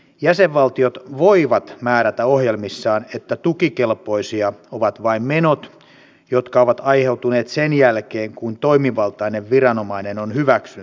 jäsenvaltiot voivat määrätä ohjelmissaan että tukikelpoisia ovat vain menot jotka ovat aiheutuneet sen jälkeen kun toimivaltainen viranomainen on hyväksynyt tukihakemuksen